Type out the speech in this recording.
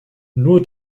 nur